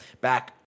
back